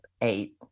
eight